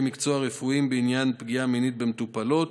מקצוע הרפואיים בעניין פגיעה מינית במטופלות: